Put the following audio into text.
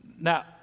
Now